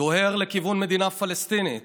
דוהר לכיוון מדינה פלסטינית,